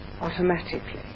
automatically